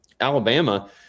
Alabama